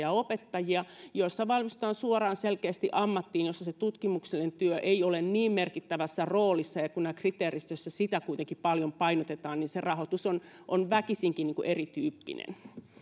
ja opettajia missä valmistutaan selkeästi suoraan ammattiin jolloin se tutkimuksellinen työ ei ole niin merkittävässä roolissa että kun kriteeristössä sitä tutkimuksellista työtä kuitenkin paljon painotetaan niin se rahoitus on on väkisinkin erityyppinen